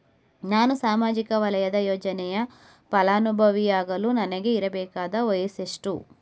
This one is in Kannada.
ನಾನು ಸಾಮಾಜಿಕ ವಲಯದ ಯೋಜನೆಯ ಫಲಾನುಭವಿಯಾಗಲು ನನಗೆ ಇರಬೇಕಾದ ವಯಸ್ಸುಎಷ್ಟು?